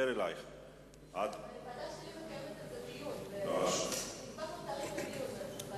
הוועדה שלי תקיים על כך דיון.